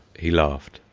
he laughed.